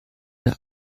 der